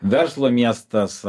verslo miestas